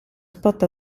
spot